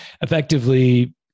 effectively